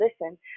listen